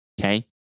Okay